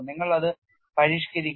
നിങ്ങൾ അത് പരിഷ്ക്കരിക്കുക